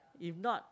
if not